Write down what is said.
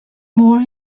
more